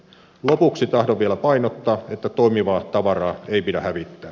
lopuksi tahdon vielä painottaa että toimivaa tavaraa ei pidä hävittää